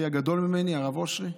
אחי הגדול ממני, הרב אושרי,